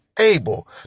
able